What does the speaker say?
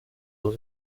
dans